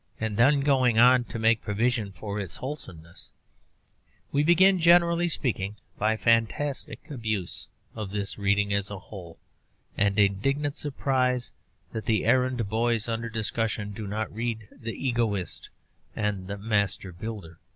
and then going on to make provision for its wholesomeness we begin, generally speaking, by fantastic abuse of this reading as a whole and indignant surprise that the errand-boys under discussion do not read the egoist and the master builder